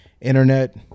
internet